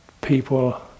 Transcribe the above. people